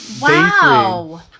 Wow